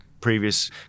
previous